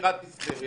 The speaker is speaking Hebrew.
איננו חדש,